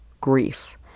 grief